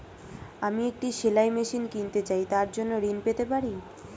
আমি একটি সেলাই মেশিন কিনতে চাই তার জন্য ঋণ পেতে পারি?